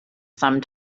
some